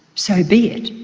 so be it.